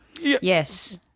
Yes